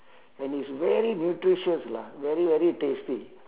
and it's very nutritious lah very very tasty